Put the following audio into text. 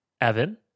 Evan